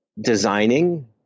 designing